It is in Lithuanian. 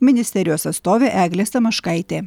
ministerijos atstovė eglė samoškaitė